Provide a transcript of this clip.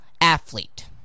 athlete